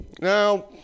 Now